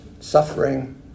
suffering